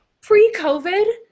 pre-COVID